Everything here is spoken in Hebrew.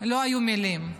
לא היו מילים.